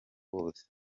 bose